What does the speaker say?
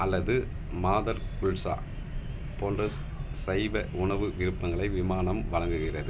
அல்லது மாதர் குல்ச்சா போன்ற சைவ உணவு விருப்பங்களை விமானம் வழங்குகிறது